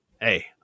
Hey